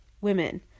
women